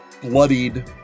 bloodied